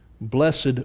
blessed